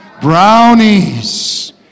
brownies